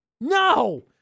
No